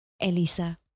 Elisa